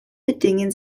bedingen